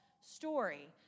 story